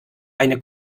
eine